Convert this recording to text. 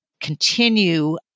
Continue